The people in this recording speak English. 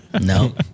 No